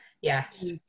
Yes